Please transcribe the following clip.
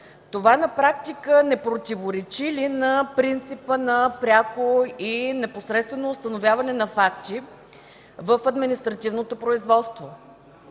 това на практика не противоречи ли на принципа на пряко и непосредствено установяване на факти в административното производство?